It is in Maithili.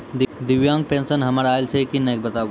दिव्यांग पेंशन हमर आयल छै कि नैय बताबू?